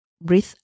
breathe